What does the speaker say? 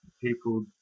people